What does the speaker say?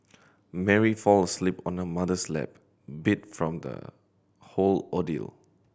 Mary fall asleep on her mother's lap beat from the whole ordeal